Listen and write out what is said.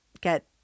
get